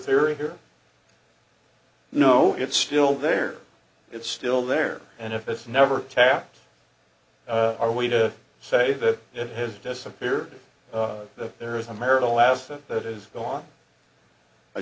theory here no it's still there it's still there and if it's never tapped are we to say that it has disappeared that there is a marital asset that is gone i